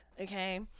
okay